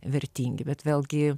vertingi bet vėlgi